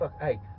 Hey